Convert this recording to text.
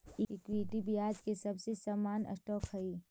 equity ब्याज के सबसे सामान्य स्टॉक हई